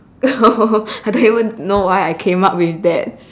I don't even know why I came out with that